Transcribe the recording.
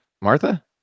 Martha